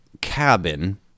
cabin